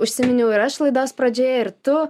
užsiminiau ir aš laidos pradžioje ir tu